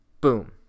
Boom